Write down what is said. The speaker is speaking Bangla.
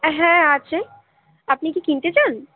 হ্যাঁ আছে আপনি কি কিনতে চান